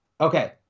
Okay